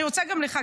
אני רוצה גם לך,